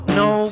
no